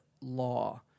law